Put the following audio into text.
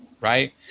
right